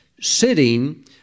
sitting